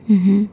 mmhmm